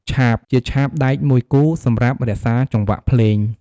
ឆាប ជាឆាបដែកមួយគូសម្រាប់រក្សាចង្វាក់ភ្លេង។